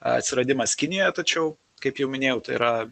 atsiradimas kinijoje tačiau kaip jau minėjau tai yra